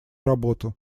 работу